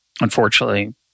unfortunately